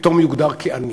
פתאום יוגדר כעני.